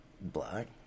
Black